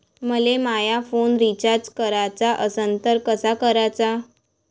मले माया phone recharge कराचा असन तर कसा कराचा?